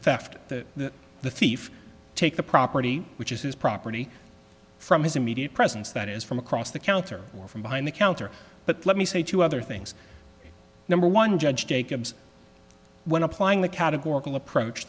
theft the the thief take the property which is his property from his immediate presence that is from across the counter or from behind the counter but let me say two other things number one judge jacobs when applying the categorical approach